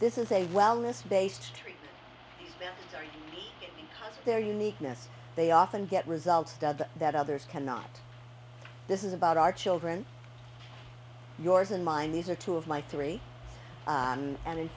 this is a wellness based treat their uniqueness they often get results that others cannot this is about our children yours and mine these are two of my three and in